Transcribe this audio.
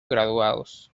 graduados